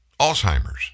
Alzheimer's